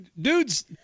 Dudes